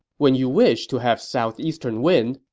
when you wish to have southeastern wind,